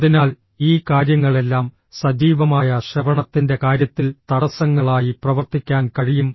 അതിനാൽ ഈ കാര്യങ്ങളെല്ലാം സജീവമായ ശ്രവണത്തിന്റെ കാര്യത്തിൽ തടസ്സങ്ങളായി പ്രവർത്തിക്കാൻ കഴിയും